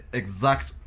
exact